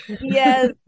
Yes